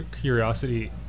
curiosity